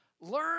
Learn